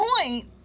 point